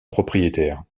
propriétaire